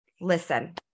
listen